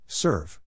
Serve